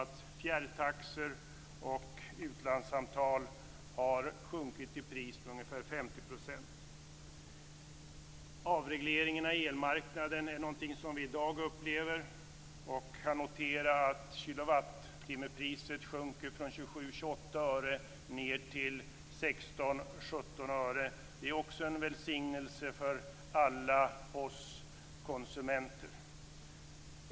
Jo, vi ser att fjärrtaxor och utlandssamtal har sjunkit i pris med ungefär 50 %. Avregleringen av elmarknaden är någonting som vi i dag upplever, och vi kan notera att kilowattimmepriset sjunker från 27-28 öre ned till 16-17 öre. Det är också en välsignelse för alla oss konsumenter.